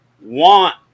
want